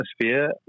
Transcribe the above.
atmosphere